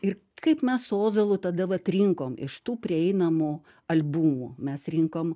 ir kaip mes su ozolu tada vat rinkom iš tų prieinamų albumų mes rinkom